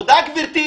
תודה, גברתי.